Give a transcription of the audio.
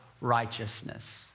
righteousness